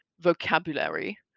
vocabulary